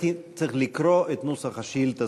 גברתי, צריך לקרוא את נוסח השאילתה.